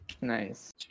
Nice